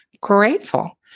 grateful